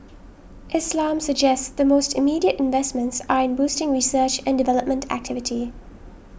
Islam suggests the most immediate investments are in boosting research and development activity